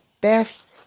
best